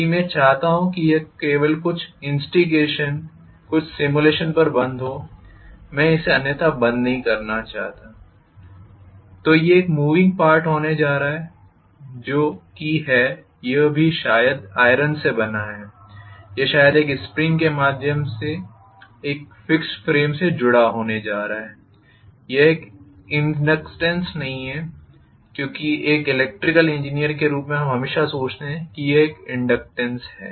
यदि मैं चाहता हूं कि यह केवल कुछ इन्स्टिगेशन कुछ स्टिम्युलेशन पर बंद हो मैं इसे अन्यथा बंद नहीं करना चाहता तो ये एक मूविंग पार्ट होने जा रहा हूं जो कि है यह भी शायद आइरन से बना है और यह शायद एक स्प्रिंग के माध्यम से एक फिक्स्ड फ्रेम से जुड़ा होने जा रहा है यह एक इनडक्टेन्सनहीं है क्योंकि एक इलेक्ट्रिकल इंजीनियर के रूप में हम हमेशा सोचते हैं कि यह एक इनडक्टेन्स है